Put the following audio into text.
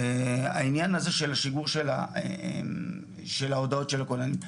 העניין הזה של שיגור של ההודעות של הכוננים,